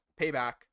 Payback